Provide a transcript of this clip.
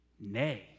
nay